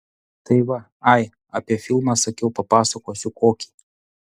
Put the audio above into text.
tai va ai apie filmą sakiau papasakosiu kokį